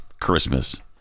Christmas